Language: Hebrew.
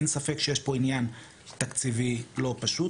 אין ספק שיש פה עניין תקציבי לא פשוט,